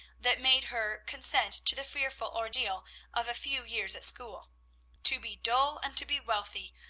that made her consent to the fearful ordeal of a few years at school to be dull and to be wealthy!